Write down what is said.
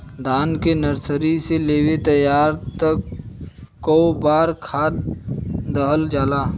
धान के नर्सरी से लेके तैयारी तक कौ बार खाद दहल जाला?